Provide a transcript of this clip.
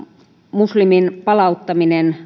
muslimin palauttaminen